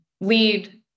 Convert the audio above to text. lead